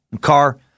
car